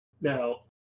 Now